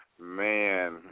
Man